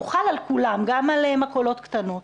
הוא חל על כולם גם על מכולות קטנות.